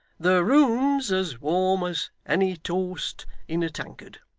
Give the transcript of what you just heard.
the room's as warm as any toast in a tankard.